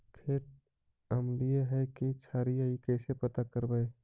खेत अमलिए है कि क्षारिए इ कैसे पता करबै?